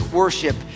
worship